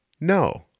No